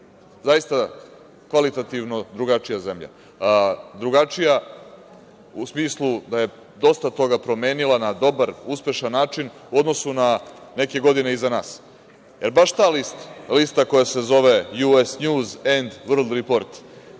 zaista kvalitativno drugačija zemlja, drugačija u smislu da je dosta toga promenila na dobar, uspešan način u odnosu na neke godine iza nas jer baš ta lista, lista koja se zove „JS njuz end vrld riport“,